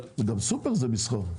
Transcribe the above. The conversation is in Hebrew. גם סופר זה מסחר.